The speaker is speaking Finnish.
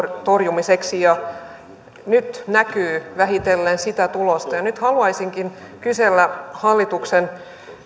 torjumiseksi ja nyt näkyy vähitellen sitä tulosta haluaisinkin kysellä hallituksen